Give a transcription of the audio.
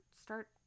start